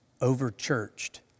Over-churched